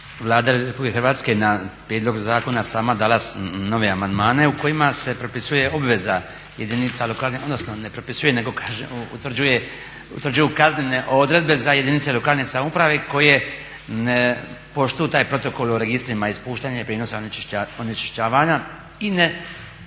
Vlada RH na prijedlog zakona je sama dala nove amandmane u kojima se propisuje obveza jedinica lokalne samouprave, odnosno ne propisuje nego utvrđuju kaznene odredbe za jedinice lokalne samouprave koje ne poštuju taj protokol o registrima ispuštanja i prijenosa onečišćivanja i ne